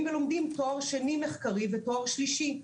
ולומדים תואר שני מחקרי ותואר שלישי.